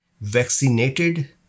vaccinated